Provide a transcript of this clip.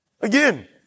Again